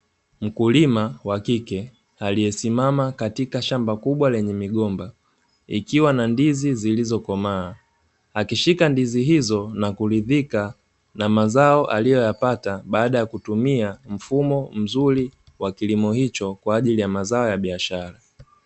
Mkulima wa kike, aliyesimama katika shamba kubwa lenye migomba, likiwa na ndizi zilizokomaa, akishika ndizi hizo na kuridhika na mazao aliyoyapata baada ya kutumia mfumo mzuri wa kilimo hicho kwa ajili ya mazao ya biashara.